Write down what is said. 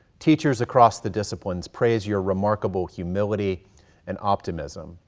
teachers across the disciplines praise your remarkable humility and optimism,